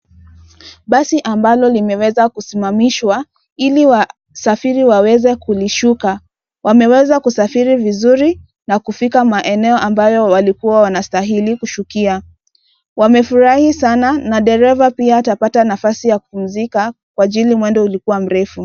Basi ambalo limeweza kusimamishwa ili wasafiri waweze kulishuka. Wameweza kusafiri vizuri na kufika maeneo ambayo walikuwa wanastahili kushukia. Wamefurahi sana na dereva pia atapata nafasi ya kupumzika kwa ajili mwendo ulikuwa mrefu.